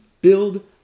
build